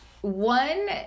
one